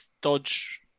dodge